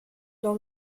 dans